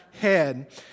head